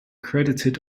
credited